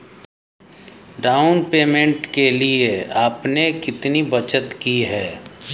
Down payment के लिए आपने कितनी बचत की है?